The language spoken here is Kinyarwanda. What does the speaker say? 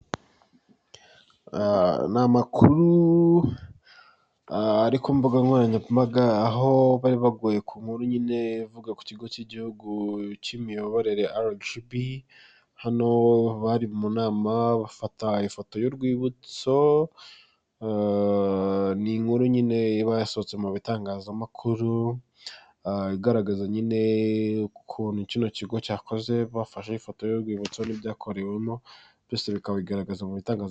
Ni amakuru ari ku mbuga nkoranyambaga aho bari baguye ku nkuru nyine ivuga ku kigo cy'igihugu cy'imiyoborere RGB hano bari mu nama bafata ifoto y'urwibutso, n'inkuru nyine iba yasohotse mu bitangazamakuru igaragaza nyine ukuntu kino kigo cyakoze. Bafashe ifoto y'urwibutso n'ibyakorewemo byose bikabigaragaza mu bitangaza makuru.